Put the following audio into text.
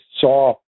saw